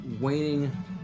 waning